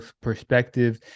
perspective